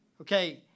Okay